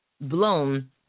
blown